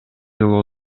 жыл